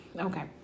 Okay